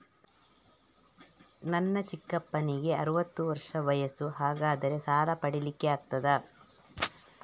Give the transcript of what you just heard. ನನ್ನ ಚಿಕ್ಕಪ್ಪನಿಗೆ ಅರವತ್ತು ವರ್ಷ ವಯಸ್ಸು, ಹಾಗಾದರೆ ಸಾಲ ಪಡೆಲಿಕ್ಕೆ ಆಗ್ತದ?